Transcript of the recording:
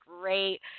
great